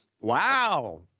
Wow